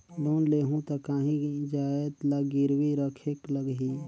Loan लेहूं ता काहीं जाएत ला गिरवी रखेक लगही?